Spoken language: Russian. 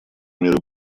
меры